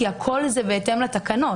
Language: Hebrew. כי הכל בהתאם לתקנות.